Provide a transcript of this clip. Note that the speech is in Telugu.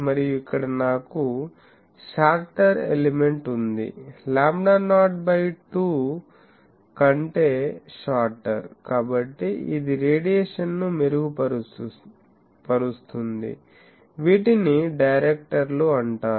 మరియు ఇక్కడ నాకు షార్టర్ ఎలిమెంట్ ఉంది లాంబ్డా నాట్ బై 2 కంటే షార్టర్ కాబట్టి ఇది రేడియేషన్ ను మెరుగుపరుస్తుంది వీటిని డైరెక్టర్లు అంటారు